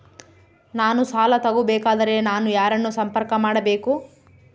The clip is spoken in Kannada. ನಾನು ಸಾಲ ತಗೋಬೇಕಾದರೆ ನಾನು ಯಾರನ್ನು ಸಂಪರ್ಕ ಮಾಡಬೇಕು?